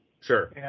Sure